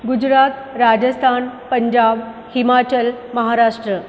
Gujarat Rajasthan Punjab Himachal Maharashtra